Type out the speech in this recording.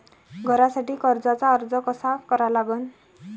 घरासाठी कर्जाचा अर्ज कसा करा लागन?